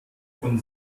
von